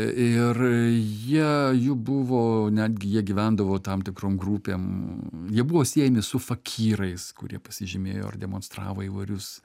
ir jie jų buvo netgi jie gyvendavo tam tikrom grupėm jie buvo siejami su fakyrais kurie pasižymėjo ir demonstravo įvairius